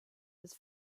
his